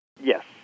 Yes